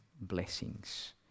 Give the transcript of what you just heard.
blessings